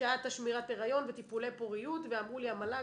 שהיה את שמירת ההיריון וטיפולי פוריות ואמרו לי המל"ג,